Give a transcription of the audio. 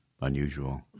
unusual